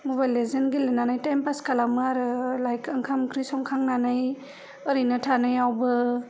mobile लेजेन गेलेनानै time pass खालामनो आरो लाइक ओंखाम ओंख्रि संखांनानै ओरैनो थानायावबो